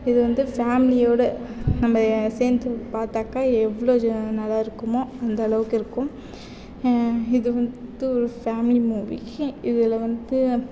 இது வந்து ஃபேமிலியோடு நம்ம சேர்ந்து பார்த்தாக்கா எவ்வளோ நல்லாயிருக்குமோ அந்தளவுக்கு இருக்கும் இது வந்து ஒரு ஃபேமிலி மூவி இதில் வந்து